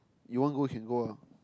you want go you can go ah